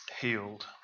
healed